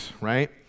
right